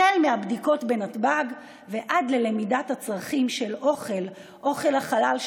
החל מהבדיקות בנתב"ג ועד למידת הצרכים של אוכל חלאל,